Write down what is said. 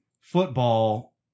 football